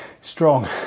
strong